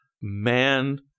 man